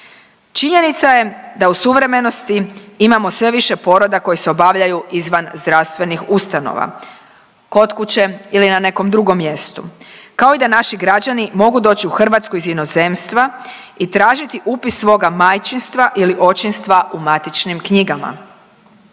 Činjenica je da u suvremenosti imamo sve više poroda koji se obavljaju izvan zdravstvenih ustanova, kod kuće ili na nekom drugom mjestu, kao i da naši građani mogu doći u Hrvatsku iz inozemstva i tražiti upis svoga majčinstva ili očinstva u matičnim knjigama.